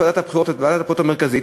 ועדת הבחירות ואת ועדת הבחירות המרכזית,